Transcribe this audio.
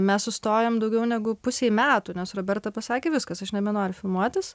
mes sustojom daugiau negu pusei metų nes roberta pasakė viskas aš nebenoriu filmuotis